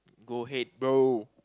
go ahead bro